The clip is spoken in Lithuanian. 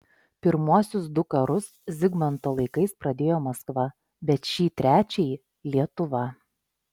pirmuosius du karus zigmanto laikais pradėjo maskva bet šį trečiąjį lietuva